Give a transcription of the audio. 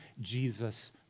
Jesus